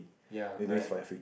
ya correct